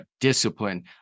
discipline